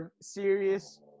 serious